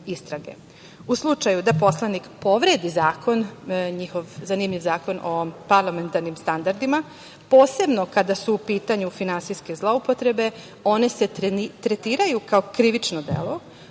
U slučaju da poslanik povredi zakon, njihov zanimljiv Zakon o parlamentarnim standardima posebno kada su u pitanju finansijske zloupotrebe, one se tretiraju kao krivično delo,